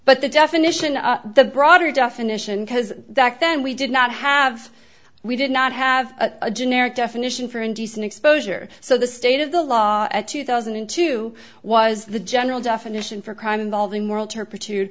but the definition of the broader definition because that then we did not have we did not have a generic definition for indecent exposure so the state of the law at two thousand and two was the general definition for crime involving mor